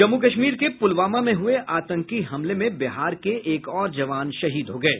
जम्मू कश्मीर के पुलवामा में हुये आतंकी हमले में बिहार के एक और जवान शहीद हो गये